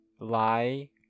lie